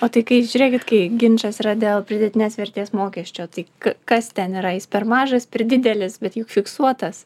o tai kai žiūrėkit kai ginčas yra dėl pridėtinės vertės mokesčio tai kas ten yra jis per mažas per didelis bet juk fiksuotas